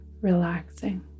relaxing